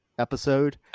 episode